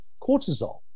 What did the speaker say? cortisol